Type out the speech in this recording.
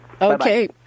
Okay